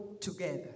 together